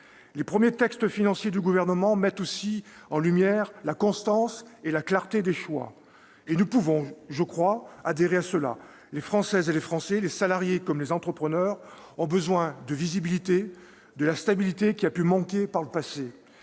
Les premiers textes financiers du Gouvernement mettent aussi en lumière la constance et la clarté des choix. Et nous pouvons, je le crois, y adhérer : les Françaises et les Français, les salariés comme les entrepreneurs, ont besoin de la visibilité et de la stabilité qui ont pu manquer par le passé.